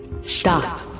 Stop